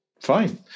fine